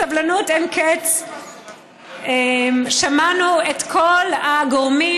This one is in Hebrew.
בסבלנות אין-קץ שמענו את כל הגורמים,